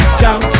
jump